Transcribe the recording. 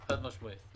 חד משמעית.